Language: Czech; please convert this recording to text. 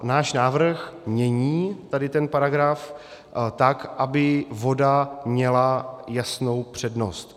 Náš návrh mění ten paragraf tak, aby voda měla jasnou přednost.